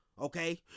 okay